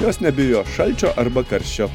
jos nebijo šalčio arba karščio